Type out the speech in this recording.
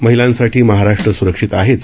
महिलांसाठी महाराष्ट्र सुरक्षित आहेच